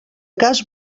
cas